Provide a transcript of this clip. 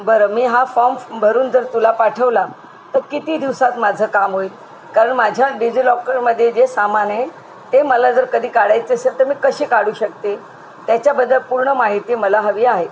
बरं मी हा फॉर्म भरून जर तुला पाठवला तर किती दिवसात माझं काम होईल कारण माझ्या डिजी लॉकरमध्ये जे सामान आहे ते मला जर कधी काढायचं असेल तर मी कशी काढू शकते त्याच्याबद्दल पूर्ण माहिती मला हवी आहे